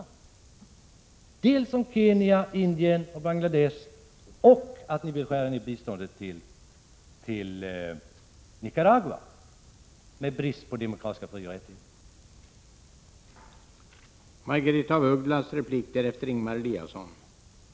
Svara på frågorna om Kenya, Indien och Bangladesh, och tala om varför ni vill skära ner biståndet till Nicaragua med motiveringen att det brister i fråga om demokratiska frioch rättigheter!